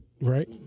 Right